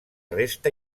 resta